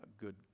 good